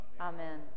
Amen